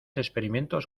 experimentos